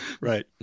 right